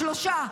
שלושה,